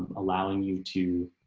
allowing you to